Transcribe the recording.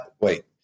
wait